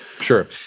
Sure